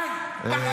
למה עשית את זה?